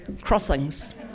crossings